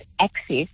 access